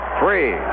three